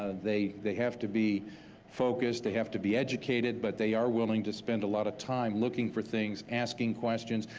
ah they they have to be focused, they have to be educated, but they are willing to spend a lot of time looking for things, asking questions,